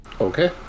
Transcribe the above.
Okay